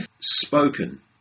spoken